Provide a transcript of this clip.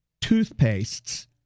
toothpastes